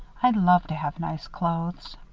i'd love to have nice clothes.